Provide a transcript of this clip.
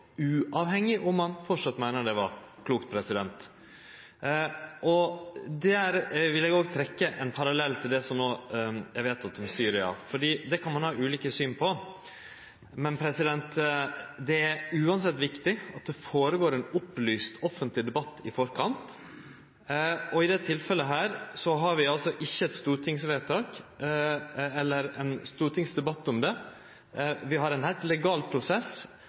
uavhengig av om ein framleis meiner det var klokt. Der vil eg òg trekkje ein parallell til det som er vedteke om Syria. For det kan ein ha ulike syn på, men det er uansett viktig at det føregår ein opplyst offentleg debatt i forkant, og i dette tilfellet har vi altså ikkje eit stortingsvedtak eller ein stortingsdebatt om det. Vi har ein heilt legal prosess,